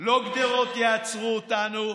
לא גדרות יעצרו אותנו.